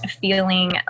feeling